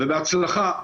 בהצלחה.